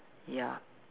ya